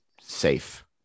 safe